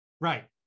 Right